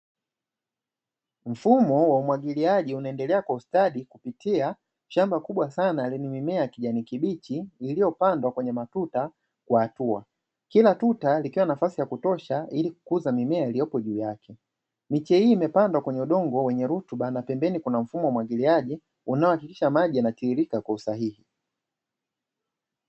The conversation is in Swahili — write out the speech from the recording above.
Mfumo wa umwagiliaji unaendelea kwa ustadi kupitia shamba kubwa sana lenye mimea kijani kibichi, iliyopandwa kwenye matuta wa hatua kila tuta likiwa nafasi ya kutosha, ili kukuza mimea iliyopo juu yake miche hii imepandwa kwenye udongo wenye rutuba, ana pembeni kuna mfumo wa umwagiliaji unao hakikisha maji yanatiririka kwa usahihi.